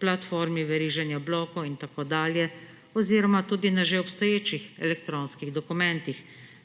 platformi veriženja blokov in tako dalje oziroma tudi na že obstoječih elektronskih dokumentih,